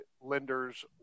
lenders